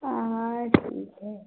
आ हाँ ठीक है